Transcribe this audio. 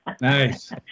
Nice